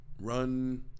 run